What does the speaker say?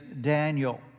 Daniel